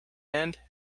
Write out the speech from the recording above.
end